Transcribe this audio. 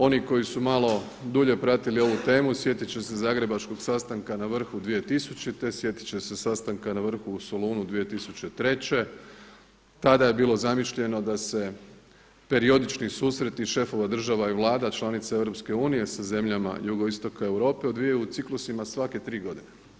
Oni koji su malo dulje pratili ovu temu sjetit će se zagrebačkog sastanka na vrhu 2000., sjetit će se sastanka na vrhu u Solunu 2003., tada je bilo zamišljeno da se periodični susreti šefova država i vlada članica EU sa zemljama Jugoistoka Europe odvijaju u ciklusima svake tri godine.